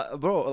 bro